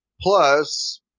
plus